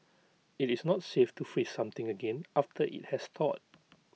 IT is not safe to freeze something again after IT has thawed